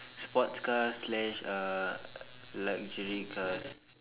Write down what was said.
sports car slash uh luxury cars